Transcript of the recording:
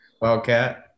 Wildcat